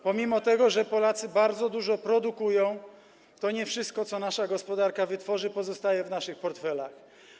Pomimo tego, że Polacy bardzo dużo produkują, to nie wszystko, co nasza gospodarka wytworzy, pozostaje w naszych portfelach.